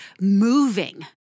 moving